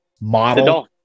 model